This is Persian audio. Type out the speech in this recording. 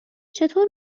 چطور